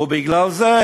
ובגלל זה